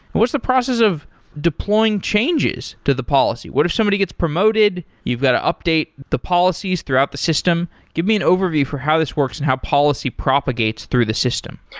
what's the process of deploying changes to the policy? what if somebody gets promoted? you've got to update the policies throughout the system. give me an overview for how this works and how policy propagates through the system.